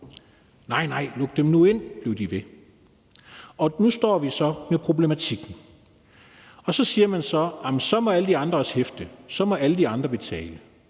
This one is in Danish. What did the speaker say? Nej nej, luk dem nu ind. Og nu står vi så med problematikken, og så siger de så: Jamen så må alle de andre også hæfte, så må alle de andre også betale.